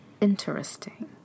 interesting